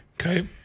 Okay